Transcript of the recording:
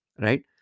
right